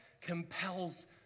compels